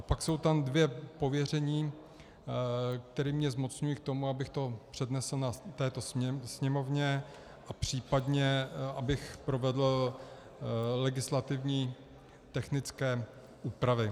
Pak jsou tam dvě pověření, která mě zmocňují k tomu, abych to přednesl na této Sněmovně, případně abych provedl legislativně technické úpravy.